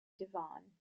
devon